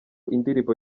indirimbo